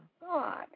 god